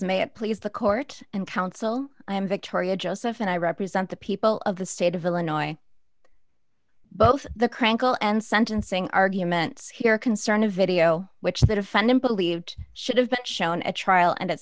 it please the court and counsel i am victoria joseph and i represent the people of the state of illinois both the crank call and sentencing arguments here concerned a video which the defendant believed should have been shown at trial and